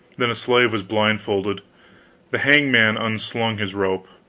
then a slave was blindfolded the hangman unslung his rope.